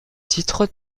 titre